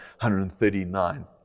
139